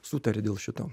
sutarė dėl šito